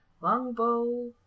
Longbow